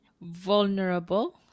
Vulnerable